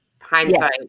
hindsight